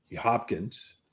Hopkins